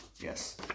yes